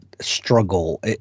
struggle